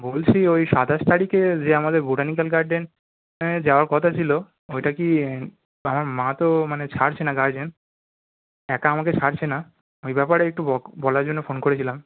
বলছি ওই সাতাশ তারিকে যে আমাদের বোটানিক্যাল গার্ডেনে যাওয়ার কথা ছিল ঐটা কি আমার মা তো মানে ছাড়ছে না গার্জেন একা আমাকে ছাড়ছে না ওই ব্যাপারে একটু বক বলার জন্য ফোন করেছিলাম